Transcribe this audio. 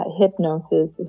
Hypnosis